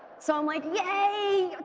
so i'm like yay!